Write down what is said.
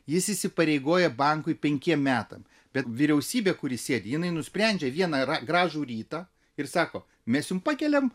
jis įsipareigoja bankui penkiem metam bet vyriausybė kuri sėdi jinai nusprendžia vieną gražų rytą ir sako mes jums pakeliam